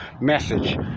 message